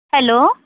hello